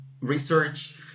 research